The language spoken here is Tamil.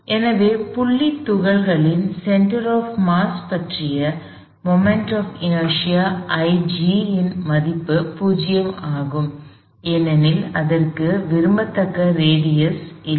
எனவே புள்ளி துகள்களின் சென்டர் ஆப் மாஸ் பற்றிய மொமெண்ட் ஆப் இநேர்ஸியா Ig இன் மதிப்பு 0 ஆகும் ஏனெனில் அதற்கு விரும்பத்தக்க ரேடியஸ் இல்லை